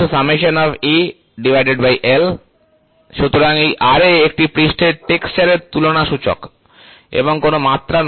Ra AL সুতরাং এই Ra একটি পৃষ্ঠের টেক্সচারের তুলনা সূচক এবং কোন মাত্রা নয়